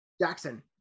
Jackson